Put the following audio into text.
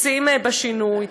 רוצים בשינוי,